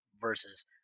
versus